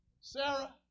Sarah